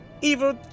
evil